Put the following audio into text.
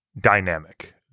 dynamic